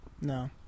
No